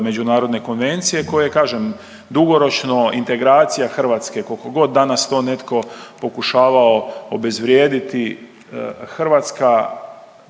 međunarodne konvencije koje kažem dugoročno integracija Hrvatske koliko god danas to netko pokušavao obezvrijediti Hrvatska